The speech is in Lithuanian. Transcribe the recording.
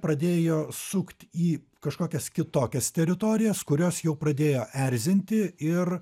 pradėjo sukt į kažkokias kitokias teritorijas kurios jau pradėjo erzinti ir